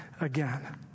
again